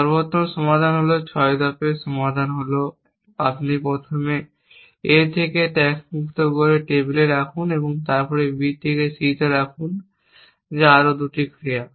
সর্বোত্তম সমাধান হল 6 ধাপের সমাধান হল আপনি প্রথমে A থেকে ট্যাক্সমুক্ত করে টেবিলে রাখুন তারপর B কে C তে রাখুন যা আরও 2টি ক্রিয়া